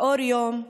באור יום,